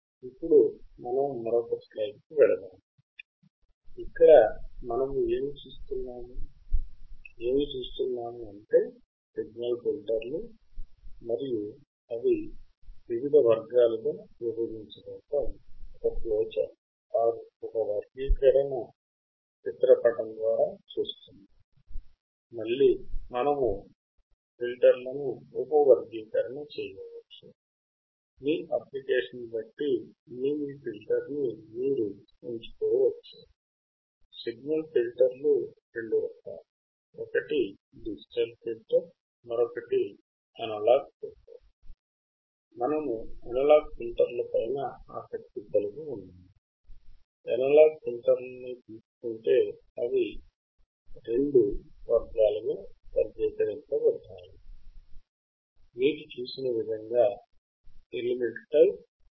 ఇప్పుడు low pass ఫిల్టర్లు గురించి తెలుసుకుందాము